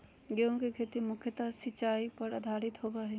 गेहूँ के खेती मुख्यत सिंचाई पर आधारित होबा हइ